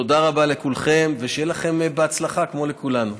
תודה רבה לכולכם, ושיהיה לכם בהצלחה, כמו לכולנו.